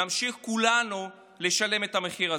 נמשיך כולנו לשלם את המחיר הזה.